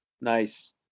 Nice